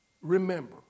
Remember